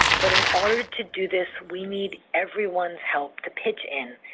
but in order to do this, we need everyone's help to pitch in,